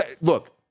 Look